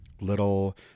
little